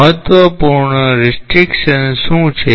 મહત્વપૂર્ણ પ્રતિબંધો શું છે